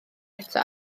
eto